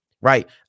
Right